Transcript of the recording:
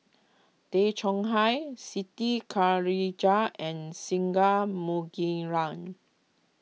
Tay Chong Hai Siti Khalijah and Singai Mukilan